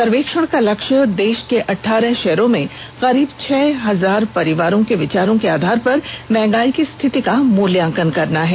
सर्वेक्षण का लक्ष्य देश के अठारह शहरों में करीब छह हजारों परिवारों के विचारों के आधार पर मंहगाई की स्थिति का मूल्यांकन करना है